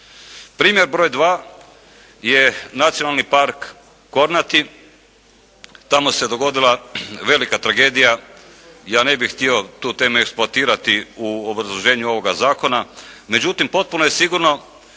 Primjer broj dva je Nacionalni park "Kornati". Tamo se dogodila velika tragedija, ja ne bih htio tu temu eksploatirati u obrazloženju ovoga zakona, međutim potpuno je sigurno